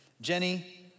Jenny